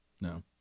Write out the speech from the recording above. No